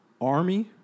Army